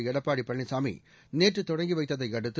எடப்பாடி பழனிசாமி நேற்று தொடங்கி வைத்ததை அடுத்து